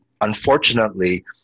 unfortunately